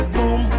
Boom